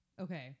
Okay